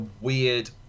weird